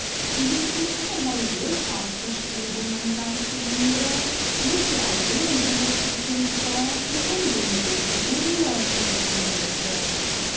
indem sie allerlei wohlfahrtsbestrebungen sanktioniere müsse ein ehrenimterstützungsfonds für unbemittelte edelleute gegründet werden